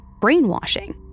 brainwashing